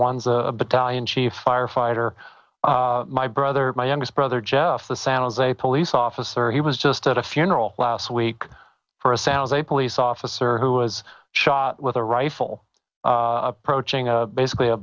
one's a battalion chief firefighter my brother my youngest brother jeff the san jose police officer he was just at a funeral last week for a sow's a police officer who was shot with a rifle approaching a basically